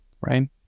right